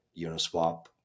uniswap